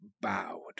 bowed